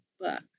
book